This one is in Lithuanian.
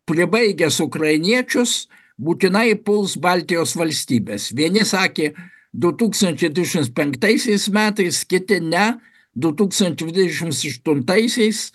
pribaigęs ukrainiečius būtinai puls baltijos valstybes vieni sakė du tūkstančiai dvidešimts penktaisiais metais kiti ne du tūkstančiai dvidešimts aštuntaisiais